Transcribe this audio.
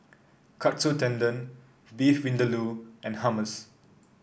Katsu Tendon Beef Vindaloo and Hummus